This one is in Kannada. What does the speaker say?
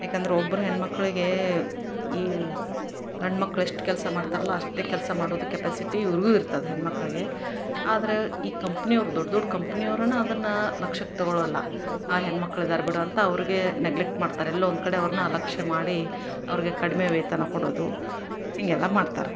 ಏಕಂದ್ರೆ ಒಬ್ರು ಹೆಣ್ಣುಮಕ್ಳಿಗೇ ಈ ಗಂಡ್ಮಕ್ಳು ಎಷ್ಟು ಕೆಲಸ ಮಾಡ್ತಾರಲ್ಲ ಅಷ್ಟೇ ಕೆಲಸ ಮಾಡೋದು ಕೆಪಾಸಿಟಿ ಇವ್ರಿಗೂ ಇರ್ತದೆ ಹೆಣ್ಮಕ್ಳಿಗೆ ಆದ್ರೆ ಈ ಕಂಪ್ನಿಯವ್ರು ದೊಡ್ಡ ದೊಡ್ಡ ಕಂಪ್ನಿಯವ್ರನ್ನು ಅದನ್ನು ಲಕ್ಷಕ್ಕೆ ತಗೊಳೊಲ್ಲ ಆ ಹೆಣ್ಮಕ್ಳಿದಾರೆ ಬಿಡೋ ಅಂತ ಅವ್ರಿಗೆ ನೆಗ್ಲೆಕ್ಟ್ ಮಾಡ್ತಾರೆ ಎಲ್ಲೋ ಒಂದುಕಡೆ ಅವ್ರನ್ನು ಅಲಕ್ಷ್ಯ ಮಾಡಿ ಅವ್ರಿಗೆ ಕಡಿಮೆ ವೇತನ ಕೊಡೋದು ಹೀಗೆಲ್ಲ ಮಾಡ್ತಾರೆ